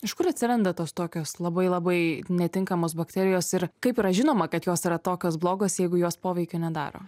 iš kur atsiranda tos tokios labai labai netinkamos bakterijos ir kaip yra žinoma kad jos yra tokios blogos jeigu jos poveikio nedaro